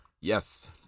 Yes